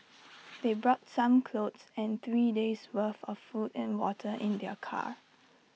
they brought some clothes and three days' worth of food and water in their car